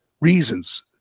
reasons